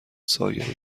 سایر